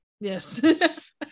Yes